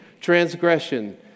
transgression